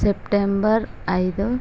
September ఐదు